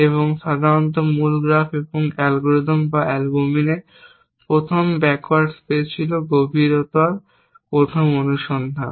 এবং সাধারণত মূল গ্রাফ এবং অ্যালগরিদম যা অ্যালবুমিনে প্রথম ব্যাকওয়ার্ড স্পেস ছিল গভীরতার প্রথম অনুসন্ধান